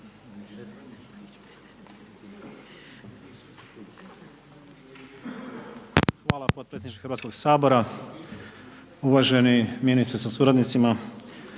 Hvala potpredsjedniče Hrvatskoga sabora, uvaženi ministre sa suradnicima,